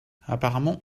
apparemment